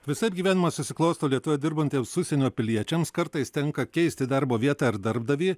visaip gyvenimas susiklosto lietuvoje dirbantiems užsienio piliečiams kartais tenka keisti darbo vietą ar darbdavį